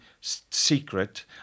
secret